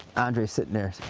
andre is sitting there